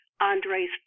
Andre's